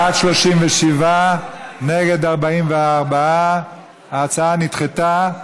בעד, 37, נגד, 44. ההצעה נדחתה.